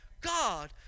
God